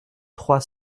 trois